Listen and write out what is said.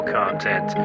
content